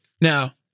Now